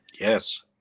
yes